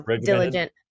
diligent